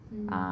mm